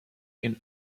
and